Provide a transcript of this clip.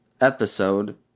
episode